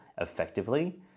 effectively